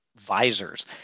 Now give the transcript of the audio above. visors